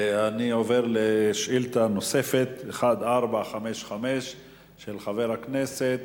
אני עובר לשאילתא נוספת, 1455, של חבר הכנסת